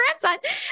grandson